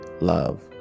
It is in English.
love